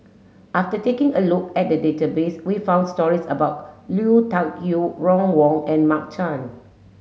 after taking a look at the database we found stories about Lui Tuck Yew Ron Wong and Mark Chan